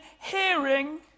hearing